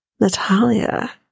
Natalia